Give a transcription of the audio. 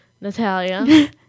Natalia